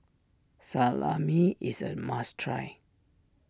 Salami is a must try